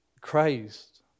Christ